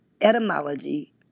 etymology